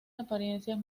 apariencias